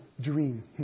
dream